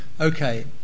okay